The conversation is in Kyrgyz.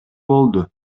болду